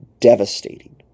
devastating